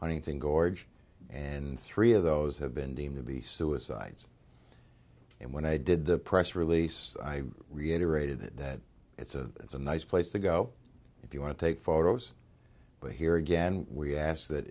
thing gorge and three of those have been deemed to be suicides and when i did the press release i reiterated that it's a it's a nice place to go if you want to take photos but here again we asked that